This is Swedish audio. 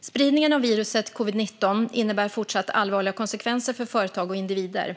Spridningen av viruset covid-19 innebär fortsatt allvarliga konsekvenser för företag och individer.